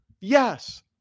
Yes